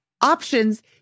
options